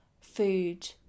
food